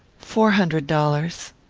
four hundred dollars.